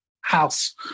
house